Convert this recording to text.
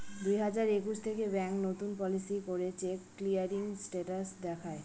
দুই হাজার একুশ থেকে ব্যাঙ্ক নতুন পলিসি করে চেক ক্লিয়ারিং স্টেটাস দেখায়